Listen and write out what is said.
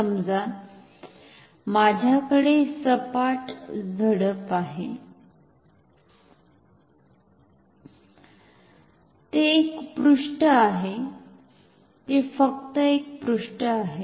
समजा माझ्याकडे सपाट झडप आहे ते एक पृष्ठ आहे ते फक्त एक पृष्ठ आहे